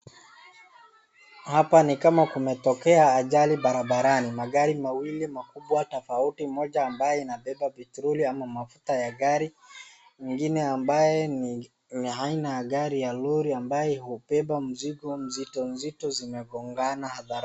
Hapa ni kama kumetokea ajali barabarani. Magari mawili makubwa tofauti, moja ambaye inabeba petroli na mafuta ya gari, ingine ambaye ni aina ya gari ya lori ambaye imebeba mzigo mzito zimegongana hadharani.